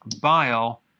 bile